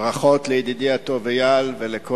אדוני היושב-ראש, ברכות לידידי הטוב אייל ולכל